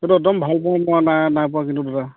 এইটো একদম ভাল পোৱা মই নাই নাই পোৱা কিন্তু দাদা